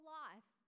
life